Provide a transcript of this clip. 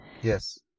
Yes